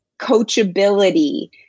coachability